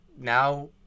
now